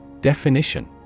definition